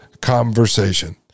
conversation